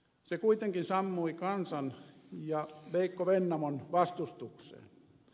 se kuitenkin sammui kansan ja veikko vennamon vastustukseen